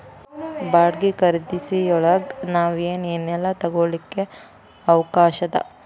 ಬಾಡ್ಗಿ ಖರಿದಿಯೊಳಗ್ ನಾವ್ ಏನ್ ಏನೇಲ್ಲಾ ತಗೊಳಿಕ್ಕೆ ಅವ್ಕಾಷದ?